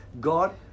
God